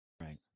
Right